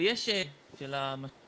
פתחתי ברז קטן שטפטף כל השבת לתוך הדלי שהתמלא